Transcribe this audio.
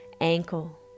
ankle